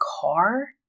car